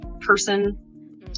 person